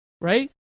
right